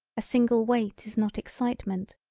a single weight is not excitement,